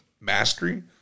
mastery